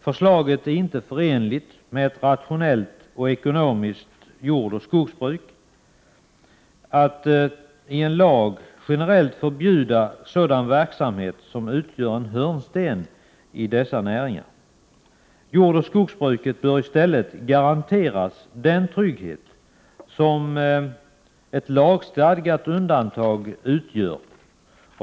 Förslaget är inte förenligt med ett rationellt och ekonomiskt jordoch skogsbruk. Det innebär ju att man i lag generellt skulle förbjuda sådan verksamhet som utgör en hörnsten i dessa näringar. Jordoch skogsbruket bör i stället garanteras den trygghet som ett lagstadgat undantag utgör.